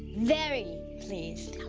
very pleased!